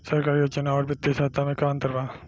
सरकारी योजना आउर वित्तीय सहायता के में का अंतर बा?